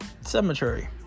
Cemetery